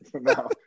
No